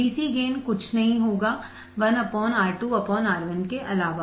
DC gain कुछ भी नहीं होगा 1 R2 R1के अलावा